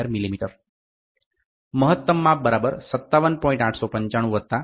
0011 mm મહત્તમ માપ 57